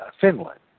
Finland